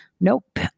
nope